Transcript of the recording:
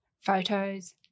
photos